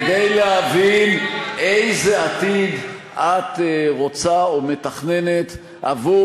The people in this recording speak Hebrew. כדי להבין איזה עתיד את רוצה או מתכננת עבור